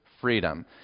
freedom